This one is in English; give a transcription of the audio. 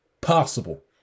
possible